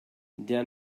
der